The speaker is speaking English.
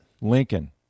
Lincoln